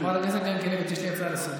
חברת הכנסת ינקלביץ', יש לי הצעה לסדר-היום.